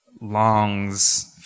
longs